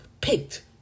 picked